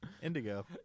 Indigo